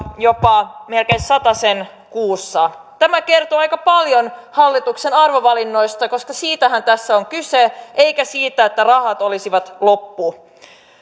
jopa melkein satanen kuussa tämä kertoo aika paljon hallituksen arvovalinnoista koska siitähän tässä on kyse eikä siitä että rahat olisivat loppu